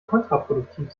kontraproduktiv